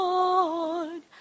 Lord